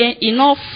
enough